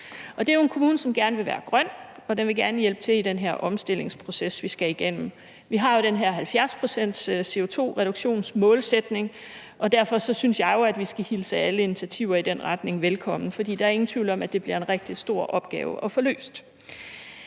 Det er jo en kommune, som gerne vil være grøn, og den vil gerne hjælpe til i den her omstillingsproces, vi skal igennem. Vi har jo den her 70-procents-CO₂-reduktionsmålsætning, og derfor synes jeg, at vi skal hilse alle initiativer i den retning velkommen, for der er ingen tvivl om, at det bliver en rigtig stor opgave at få løst.